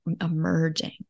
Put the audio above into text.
emerging